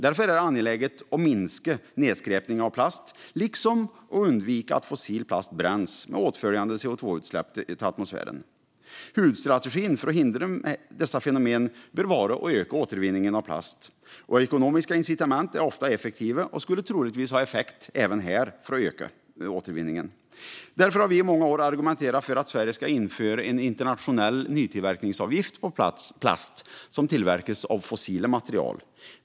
Det är angeläget att minska plastnedskräpningen liksom att undvika att fossil plast bränns med åtföljande CO2-utsläpp till atmosfären. Huvudstrategin för att hindra dessa fenomen bör vara att öka återvinningen av plast. Ekonomiska incitament är ofta effektiva och skulle troligtvis ha effekt även för att öka återvinningen av plast. Därför har Kristdemokraterna i många år argumenterat för att Sverige ska införa en internationell nytillverkningsavgift på plast som tillverkas av fossila material.